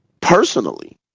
personally